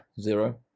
zero